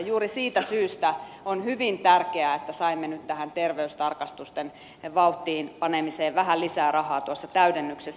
juuri siitä syystä on hyvin tärkeää että saimme nyt tähän terveystarkastusten vauhtiin panemiseen vähän lisää rahaa tuossa täydennyksessä